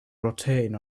rotating